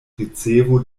ricevo